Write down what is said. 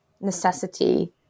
necessity